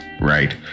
Right